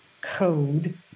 code